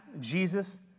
Jesus